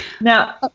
Now